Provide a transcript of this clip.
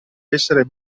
essere